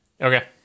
okay